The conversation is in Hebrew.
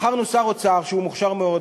בחרנו שר אוצר שהוא מוכשר מאוד,